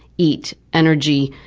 eat, energy,